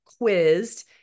quizzed